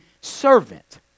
servant